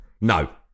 No